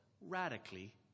radically